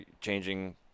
changing –